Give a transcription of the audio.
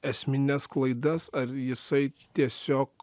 esmines klaidas ar jisai tiesiog